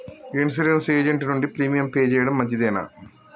Insurance agent నుండి premium pay చేయడం మంచిదేనా?